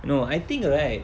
no I think right